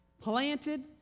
planted